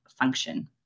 function